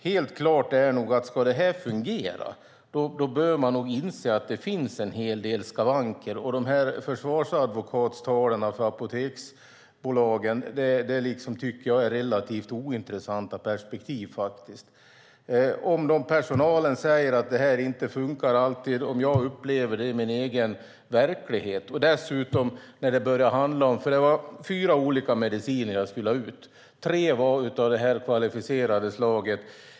Helt klart är att om detta ska fungera bör man inse att det finns en hel del skavanker. Försvarsadvokatstalen för apoteksbolagen tycker jag är relativt ointressanta om personalen säger att det inte alltid funkar och jag själv upplever det. Jag skulle ha fyra olika mediciner. Tre var av det kvalificerade slaget.